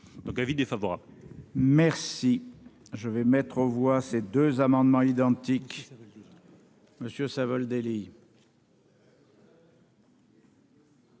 donc avis défavorable. Merci. Je vais mettre aux voix, ces 2 amendements identiques monsieur Savoldelli.